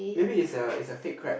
maybe it's a it's a fake crab